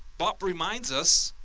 bob reminds us,